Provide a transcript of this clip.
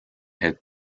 head